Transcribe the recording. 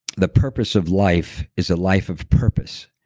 the purpose of life is a life of purpose.